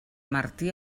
martí